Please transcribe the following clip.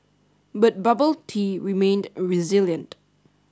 but bubble tea remained resilient